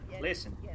listen